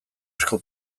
esku